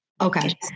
Okay